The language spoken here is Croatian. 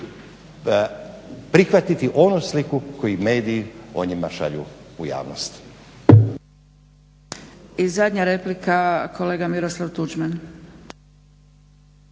prihvatiti onu sliku koji mediji o njima šalju u javnost.